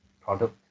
product